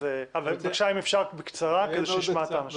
אבל בבקשה אם אפשר בקצרה כדי שנשמע את האנשים.